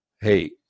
hey